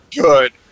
Good